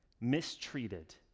mistreated